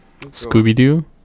Scooby-Doo